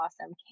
awesome